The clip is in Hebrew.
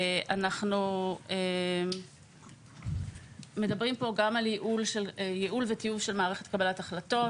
אנחנו מדברים כאן גם על ייעול וטיוב של מערכת קבלת החלטות